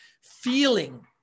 feeling